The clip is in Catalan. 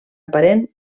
aparent